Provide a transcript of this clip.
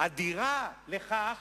אדירה לכך